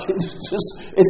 just—it's